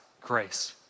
grace